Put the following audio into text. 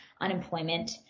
unemployment